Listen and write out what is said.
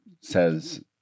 says